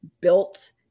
built